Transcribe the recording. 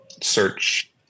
search